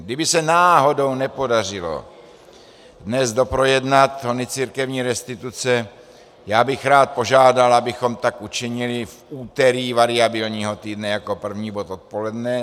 Kdyby se náhodou nepodařilo dnes doprojednat ony církevní restituce, já bych rád požádal, abychom tak učinili v úterý variabilního týdne jako první bod odpoledne.